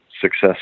success